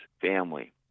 family